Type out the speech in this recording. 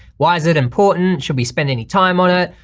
why is it important? should we spend any time on it?